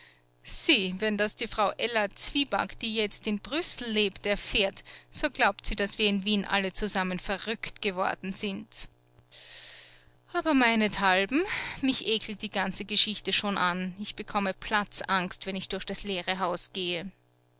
wenn das die frau ella zwieback die jetzt in brüssel lebt erfährt so glaubt sie daß wir in wien alle zusammen verrückt geworden sind aber meinethalben mich ekelt die ganze geschichte schon an ich bekomme platzangst wenn ich durch das leere haus gehe